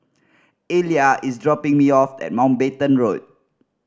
Elia is dropping me off at Mountbatten Road